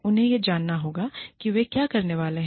उन्हें यह जानना होगा कि वे क्या करने वाले हैं